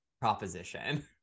proposition